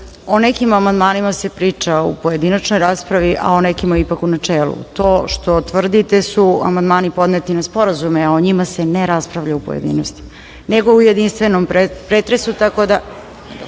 o nekim amandmanima se priča u pojedinačnoj raspravi, a o nekim ipak u načelu. To što tvrdite su amandmani podneti na sporazume. O njima se ne raspravlja u pojedinostima, nego u jedinstvenom pretresu. Ajte da